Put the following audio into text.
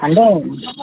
అంటే